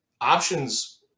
options